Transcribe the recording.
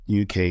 UK